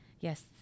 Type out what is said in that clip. Yes